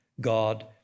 God